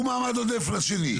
הוא מעמד עודף לשני.